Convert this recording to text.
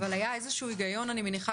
אבל היה איזה שהוא הגיון אני מניחה,